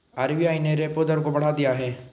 RBI ने repo दर को बढ़ा दिया है